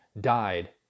died